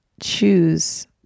choose